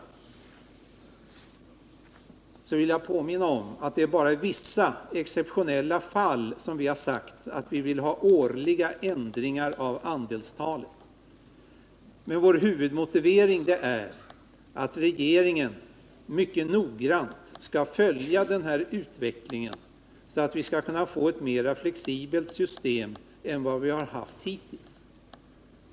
Härvidlag vill jag påminna om att det bara är i vissa exceptionella fall som vi har sagt att vi vill ha årliga ändringar av andelstalet. Vår huvudmotivering är att regeringen mycket noggrant bör följa utvecklingen, så att vi får ett mera flexibelt system än hittills.